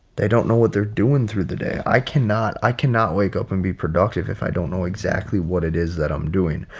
they don't know what they're doing through the day, i cannot i cannot wake up and be productive if i don't know exactly what it is that i'm doing.